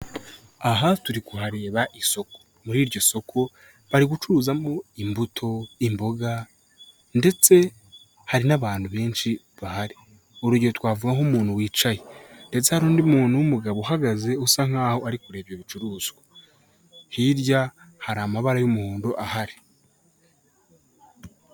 Aha turi kuhareba isoko, muri iryo soko bari gucuruzamo imbuto, imboga, ndetse hari n'abantu benshi bahari urugero twavuga nk'umuntu wicaye ndetse hari undi muntu w'umugabo uhagaze usa nk'aho ari kureba ibicuruzwa, hirya hari amabara y'umuhondo ahari.